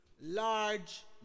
Large